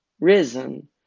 risen